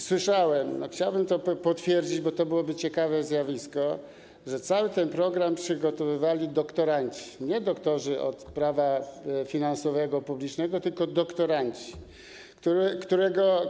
Słyszałem - chciałbym to potwierdzić, bo to byłoby ciekawe zjawisko - że cały ten program przygotowywali doktoranci, nie doktorzy prawa finansowego, publicznego, tylko doktoranci.